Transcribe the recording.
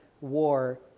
war